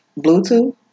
Bluetooth